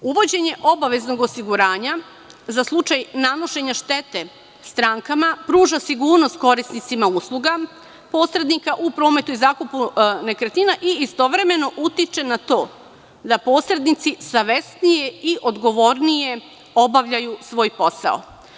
Uvođenje obaveznog osiguranja za slučaj nanošenja štete strankama, pruža sigurnost korisnicima usluga posrednika u prometu i zakupu nekretnina i istovremeno utiče na to da posrednici savesnije i odgovornije obavljaju svoj posao.